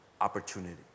opportunity